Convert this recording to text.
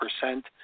percent